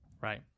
Right